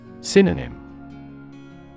Synonym